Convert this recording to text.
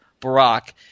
Barack